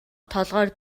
толгойг